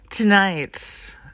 Tonight